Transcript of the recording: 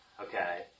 Okay